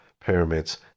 pyramids